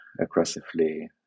aggressively